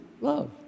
love